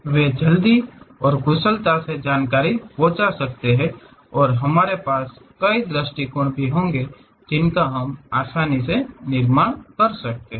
वे जल्दी और कुशलता से जानकारी पहुंचा सकते हैं और हमारे पास कई दृष्टिकोण भी होंगे जिनका हम आसानी से निर्माण कर सकते हैं